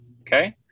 okay